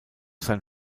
sein